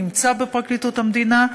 נמצא בפרקליטות המדינה.